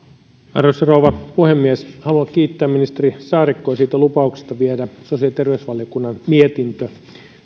arvoisa rouva puhemies haluan kiittää ministeri saarikkoa lupauksesta viedä sosiaali ja terveysvaliokunnan mietintö